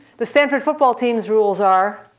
the stanford football teams rules are,